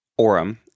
Orem